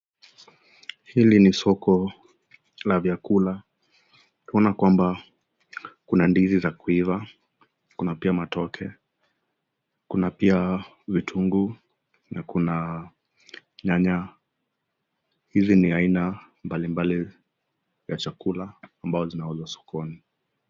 Hili ni soko la vyakula, tunaona kwamba kuna ndizi za kuiva, kuna pia matoke, kuna pia vitunguu na kuna nyanya . Hizi ni aina mbalimbali ya chakula ambayo zinauzwa sokoni.